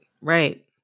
Right